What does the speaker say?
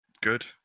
Good